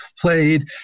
played